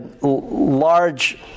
large